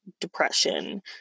Depression